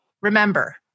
remember